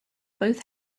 both